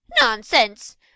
Nonsense